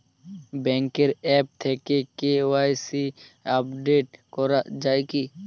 ব্যাঙ্কের আ্যপ থেকে KYC update করা যায় কি?